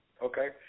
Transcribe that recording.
Okay